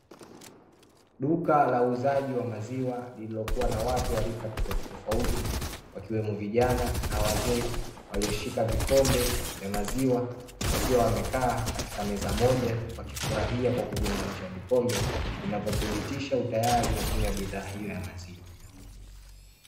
Duka la uuzaji wa maziwa lililokuwa na watu wa rika tofautitofauti, wakiwemo vijana na wazee walioshika vikombe vya maziwa, wakiwa wamekaa katika meza moja wakifurahia kwa kugonganisha vikombe vinavyothibitisha utayari wa kunywa bidhaa hiyo ya maziwa.